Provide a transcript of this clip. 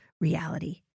reality